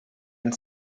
and